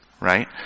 right